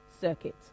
circuit